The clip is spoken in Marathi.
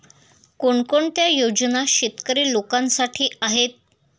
कोणकोणत्या योजना शेतकरी लोकांसाठी आहेत?